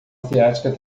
asiática